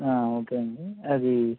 okay అండి